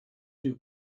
too